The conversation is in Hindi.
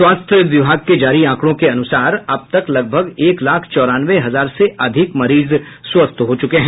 स्वस्थ्य विभाग के जारी आंकड़ोग के अनुसार अब तक लगभग एक लाख चौरानवे हजार से अधिक मरीज स्वस्थ हो चुके हैं